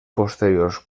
posteriors